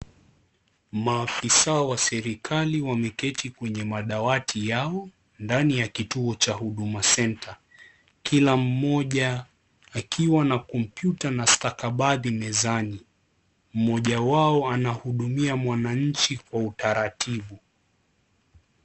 Maafisa wa serikali wameketi kwenye madawati yao ndani ya kituo cha Huduma Center kila mmoja akiwa na kompyuta na stabadhi mezani, mmoja wao anahudumia mwananchi kwa utaratibu.